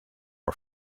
are